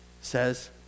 says